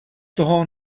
toho